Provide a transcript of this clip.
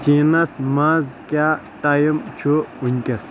چیٖنس منز کیاہ ٹایم چھُ وینکینس ؟